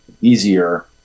easier